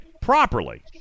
properly